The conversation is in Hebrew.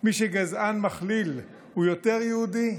מי שגזען מכליל הוא יותר יהודי?